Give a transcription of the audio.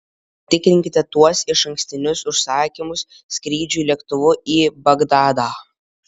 patikrinkite tuos išankstinius užsakymus skrydžiui lėktuvu į bagdadą